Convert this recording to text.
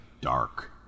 dark